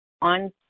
on